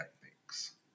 techniques